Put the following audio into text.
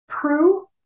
true